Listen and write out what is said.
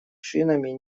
шинами